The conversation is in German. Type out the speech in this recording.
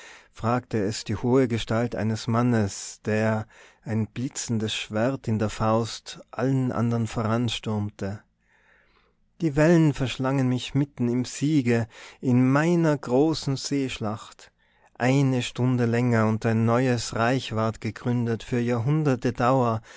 fragte es die hohe gestalt eines mannes der ein blitzendes schwert in der faust allen andern voranstürmte die wellen verschlangen mich mitten im siege in meiner großen seeschlacht eine stunde länger und ein neues reich ward gegründet für jahrhunderte dauer